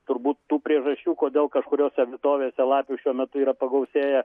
turbūt tų priežasčių kodėl kažkuriose vitovėse lapių šiuo metu yra pagausėję